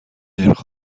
نرخ